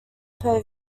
per